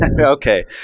okay